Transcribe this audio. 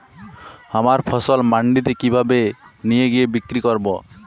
আমার ফসল মান্ডিতে কিভাবে নিয়ে গিয়ে বিক্রি করব?